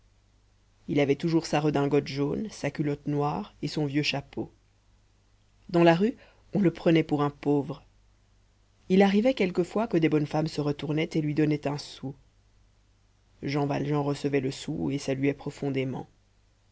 il avait toujours sa redingote jaune sa culotte noire et son vieux chapeau dans la rue on le prenait pour un pauvre il arrivait quelquefois que des bonnes femmes se retournaient et lui donnaient un sou jean valjean recevait le sou et saluait profondément